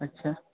अच्छा